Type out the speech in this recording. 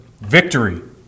victory